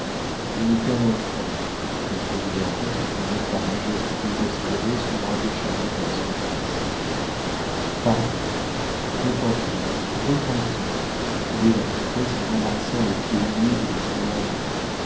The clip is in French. je n'ai qu'un enfant répondit le comte en tendant par un geste désespéré son bras décharné vers son fils pardon repentie repentie criait la comtesse en embrassant les pieds humides de son mari